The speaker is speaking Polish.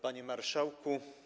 Panie Marszałku!